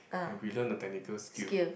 and we learn a technical skill